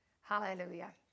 Hallelujah